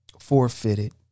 forfeited